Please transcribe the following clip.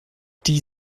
die